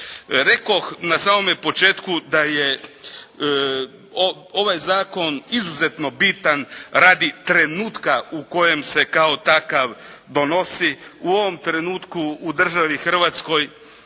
Rekoh na samome početku da je ovaj zakon izuzetno bitan radi trenutka u kojem se kao takav donosi. U ovom trenutku u državi Hrvatskoj